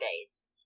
days